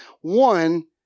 one